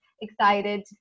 excited